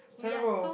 terrible